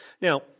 Now